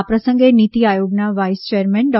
આ પ્રસંગે નીતિ આયોગના વાઇસ ચેરમેન ડો